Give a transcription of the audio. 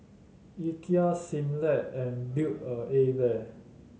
Ikea Similac and Build a A Bear